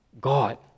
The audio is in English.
God